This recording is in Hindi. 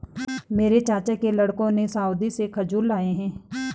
मेरे चाचा के लड़कों ने सऊदी से खजूर लाए हैं